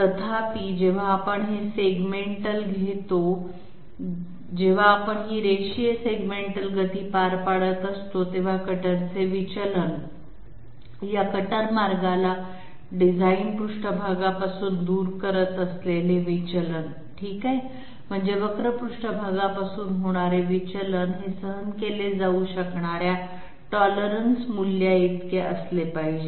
तथापि जेव्हा आपण हे सेगमेंटल घेतो जेव्हा आपण ही रेषीय सेगमेंटल गती पार पाडत असतो तेव्हा कटरचे विचलन या कटर मार्गाला डिझाइन पृष्ठभागापासून दूर करत असलेले विचलन ठीक आहे म्हणजे वक्र पृष्ठ भागापासून होणारे विचलन हे सहन केले जाऊ शकणाऱ्या टॉलरन्स मूल्या इतके असले पाहिजे